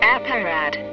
Apparat